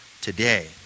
today